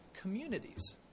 communities